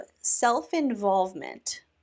self-involvement